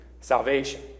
salvation